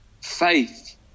Faith